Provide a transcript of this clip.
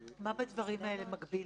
מה בדברים האלה מגביל?